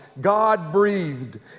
God-breathed